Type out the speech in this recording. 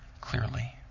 clearly